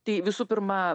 tai visų pirma